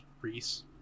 reese